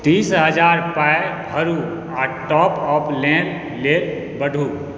तीस हजार पाइ भरू आओर टॉपअप लेल बढ़ू